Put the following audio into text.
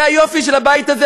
זה היופי של הבית הזה.